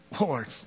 Lord